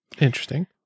Interesting